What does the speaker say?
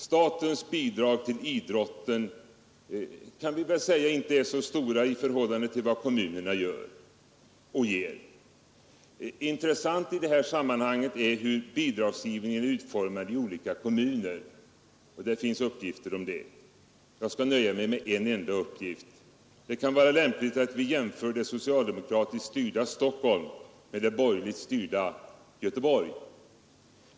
Statens bidrag till idrotten kan vi väl säga inte är så stora i förhållande till vad kommunerna ger. Intressant i det här sammanhanget är hur bidragsgivningen är utformad i olika kommuner — det finns uppgifter om det. Jag skall nöja mig med en enda uppgift. Det kan vara lämpligt att vi jämför det socialdemokratiskt styrda Stockholm med det borgerligt styrda Göteborg.